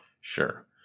Sure